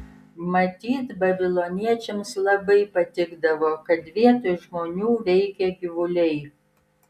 matyt babiloniečiams labai patikdavo kad vietoj žmonių veikia gyvuliai